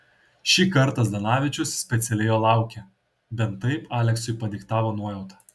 šį kartą zdanavičius specialiai jo laukė bent taip aleksui padiktavo nuojauta